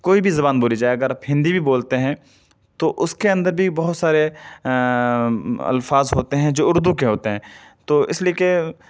کوئی بھی زبان بولی جائے اگر آپ ہندی بھی بولتے ہیں تو اس کے اندر بھی بہت سارے الفاظ ہوتے ہیں جو اردو کے ہوتے ہیں تو اس لئے کہ